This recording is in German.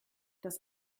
das